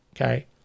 okay